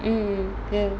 mm ya